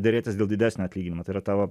derėtis dėl didesnio atlyginimo tai yra tavo